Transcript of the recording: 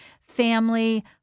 family